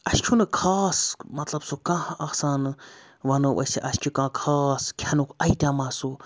اَسہِ چھُنہٕ خاص مطلب سُہ کانٛہہ آسان وَنو أسۍ اَسہِ چھُ کانٛہہ خاص کھٮ۪نُک آیٹَم سُہ